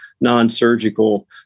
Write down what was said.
non-surgical